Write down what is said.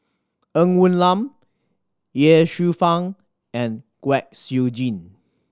Ng Woon Lam Ye Shufang and Kwek Siew Jin